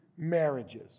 Marriages